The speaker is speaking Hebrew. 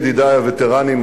ידידי הווטרנים,